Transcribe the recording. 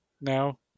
now